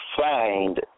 find